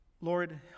Lord